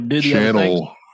channel